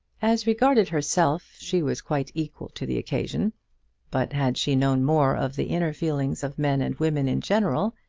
as regarded herself, she was quite equal to the occasion but had she known more of the inner feelings of men and women in general,